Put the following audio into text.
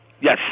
Yes